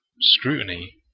scrutiny